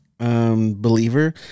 Believer